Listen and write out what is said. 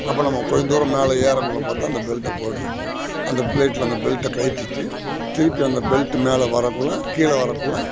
அப்போ நம்ம கொஞ்ச தூரம் மேலே இறக்குள்ள பார்த்தா அந்த பெல்ட்டை போட்டிருப்போம் அந்த பிளைட்டில் அந்த பெல்ட்டை கழட்டிட்டு திருப்பி அந்த பெல்ட்டு மேலே வரக்குள்ளே கீழே வரக்குள்ளே